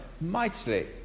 mightily